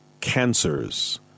cancers